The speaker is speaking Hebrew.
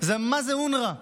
זה מה זה אונר"א,